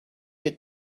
had